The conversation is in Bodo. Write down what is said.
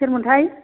सोरमोनथाय